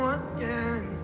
again